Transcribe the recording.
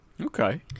okay